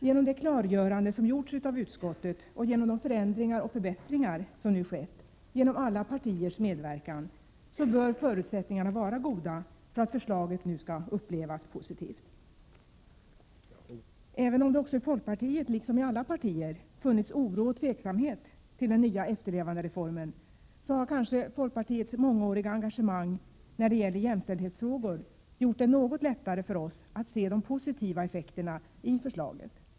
Genom det klargörande som har gjorts av utskottet och genom de förändringar och förbättringar som nu skett genom alla partiers medverkan bör förutsättningarna vara goda för att förslaget nu skall upplevas positivt. Även om det också i folkpartiet — liksom i alla partier — har funnits oro och tveksamhet inför den nya efterlevandereformen, har kanske folkpartiets mångåriga engagemang när det gäller jämställdhetsfrågor gjort det något lättare för oss att se de positiva effekterna i förslaget.